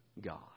God